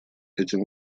этим